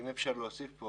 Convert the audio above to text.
אם אפשר להוסיף.